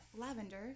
lavender